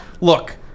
Look